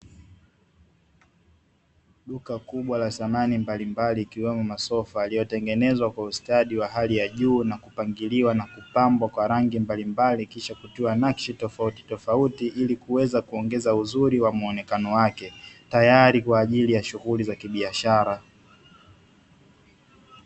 Duka kubwa lenye samani mbalimbali ikiwemo masofa, yaliyotengenezwa kwa ustadi wa hali ya juu na kupangiliwa na kupambwa kwa rangi mbalimbali kisha kutiwa nakshi tofauti ili kuweza kuongeza uzuri wa muonekano wake tayari kwa ajili ya shughuli za kibiashara.